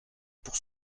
pour